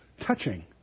touching